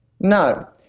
no